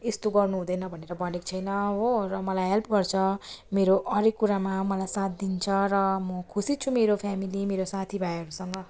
यस्तो गर्नु हुँदैन भनेर भनेको छैन हो र मलाई हेल्प गर्छ मेरो हरएक कुरामा मलाई साथ दिन्छ र म खुसी छु मेरो फ्यामिली मेरो साथी भाइहरूसँग